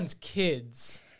kids